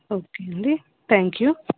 okay అండి thank you